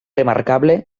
remarcable